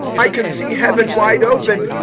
i can see heaven wide open,